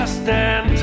stand